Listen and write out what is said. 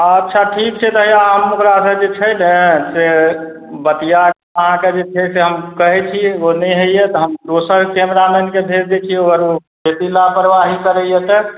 अच्छा ठीक छै तऽ हैए हम ओकरासे जे छै ने से बतिआके अहाँकेँ जे छै से हम कहै छी ओ नहि होइ यऽ तऽ हम दोसर कैमरामैनके भेजि दै छिए अगर ओ बेसी लापरवाही करैए तऽ